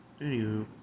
anywho